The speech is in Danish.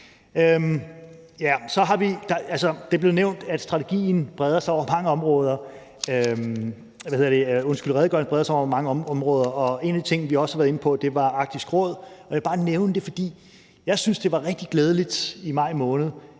Det blev nævnt, at redegørelsen breder sig over mange områder, og en af de ting, vi også har været inde på, var Arktisk Råd, og jeg vil bare nævne det, fordi jeg synes, det var rigtig glædeligt, at vi i maj måned